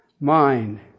mind